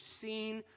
seen